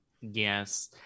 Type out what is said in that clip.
Yes